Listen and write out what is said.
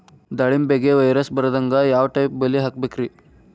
ದಾಳಿಂಬೆಗೆ ವೈರಸ್ ಬರದಂಗ ಯಾವ್ ಟೈಪ್ ಬಲಿ ಹಾಕಬೇಕ್ರಿ?